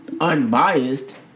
unbiased